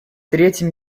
третьим